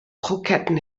kroketten